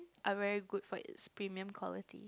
are very good for it's premium quality